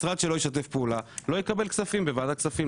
משרד שלא ישתף פעולה לא יקבל כספים בוועדת הכספים.